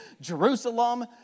Jerusalem